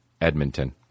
Edmonton